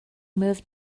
move